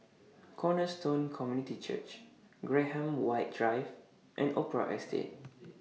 Cornerstone Community Church Graham White Drive and Opera Estate